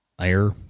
air